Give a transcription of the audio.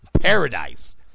paradise